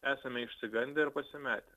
esame išsigandę ir pasimetę